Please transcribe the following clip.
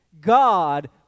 God